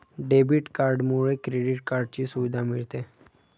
debit कार्डमुळे credit कार्डची सुविधा मिळते